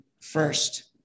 first